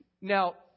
now